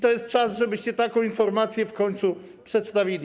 To jest czas, żebyście taką informację w końcu przedstawili.